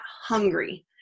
hungry